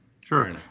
Sure